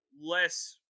less